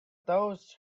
those